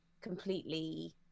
completely